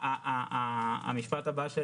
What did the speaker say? אני בטוחה שבעבודה טובה עם ניצן אפשר יהיה לעשות